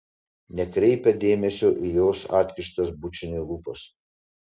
nekreipia dėmesio į jos atkištas bučiniui lūpas